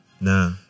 Nah